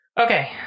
Okay